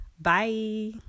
Bye